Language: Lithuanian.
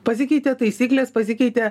pasikeitė taisyklės pasikeitė